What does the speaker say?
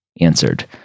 answered